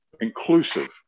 inclusive